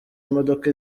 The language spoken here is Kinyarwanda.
imodoka